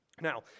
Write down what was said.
Now